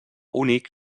únic